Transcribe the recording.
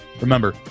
Remember